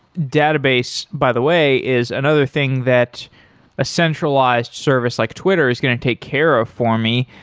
database, by the way, is another thing that a centralized service like twitter is going to take care of for me.